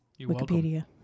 Wikipedia